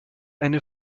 eine